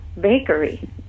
bakery